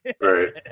Right